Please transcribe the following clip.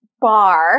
bar